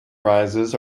prizes